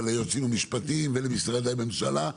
ליועצים המשפטיים ולמשרדי הממשלה.